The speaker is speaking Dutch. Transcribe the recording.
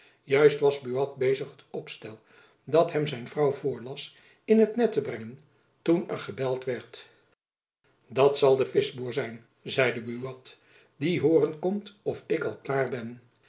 juist was buat bezig het opstel dat hem zijn vrouw voorlas in t net te brengen toen er gebeld werd dat zal de vischboer zijn zeide buat die hooren komt of ik al klaar ben